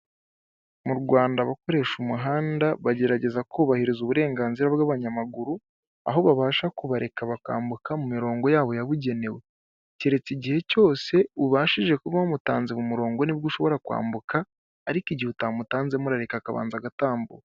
Mu Rwanda abakoresha umuhanda bagerageza kubahiriza uburenganzira bw'abanyamaguru, aho babasha kubareka bakambuka mu mirongo yabo yabugenewe, keretse igihe cyose ubashije kuba watanze mu murongo nibwo ushobora kwambuka ariko igihe utamutanzemo urareka akabanza agatambuka.